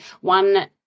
one